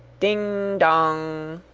ding, dong!